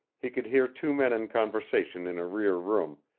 he could hear two men in conversation in a rear room,